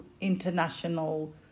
International